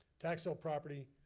tax sale property,